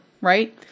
right